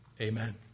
Amen